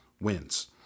wins